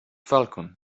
falcon